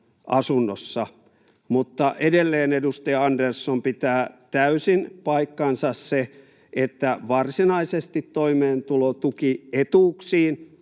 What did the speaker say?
mutta edelleen, edustaja Andersson, pitää täysin paikkansa se, että varsinaisesti toimeentulotukietuuksiin